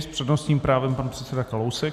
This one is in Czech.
S přednostním právem pan předseda Kalousek.